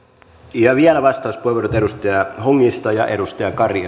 vielä vastauspuheenvuorot edustaja hongisto ja edustaja kari